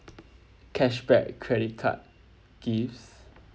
cashback credit card gives